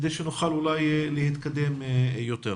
כדי שנוכל אולי להתקדם יותר.